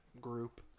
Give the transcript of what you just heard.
group